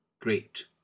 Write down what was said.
great